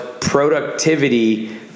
productivity